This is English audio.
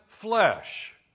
flesh